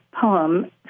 poem